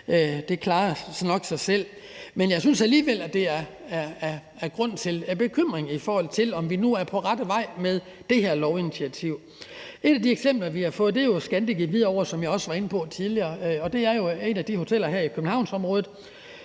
Det klarer sig nok selv. Men jeg synes alligevel, at der er grund til bekymring, i forhold til om vi nu er på rette vej med det her lovinitiativ. Et af de eksempler, vi har fået, er jo Scandic i Hvidovre, som jeg også var inde på tidligere. Det er jo et af hotellerne her i Københavnsområdet,